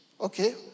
okay